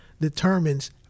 determines